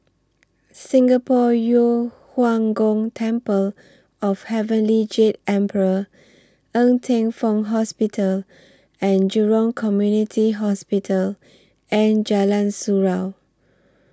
Singapore Yu Huang Gong Temple of Heavenly Jade Emperor Ng Teng Fong Hospital and Jurong Community Hospital and Jalan Surau